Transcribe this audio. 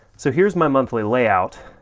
so here's my monthly layout.